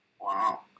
Wow